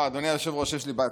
אדוני היושב-ראש, יש לי בעיה.